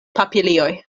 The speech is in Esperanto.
papilioj